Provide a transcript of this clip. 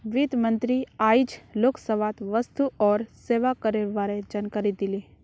वित्त मंत्री आइज लोकसभात वस्तु और सेवा करेर बारे जानकारी दिले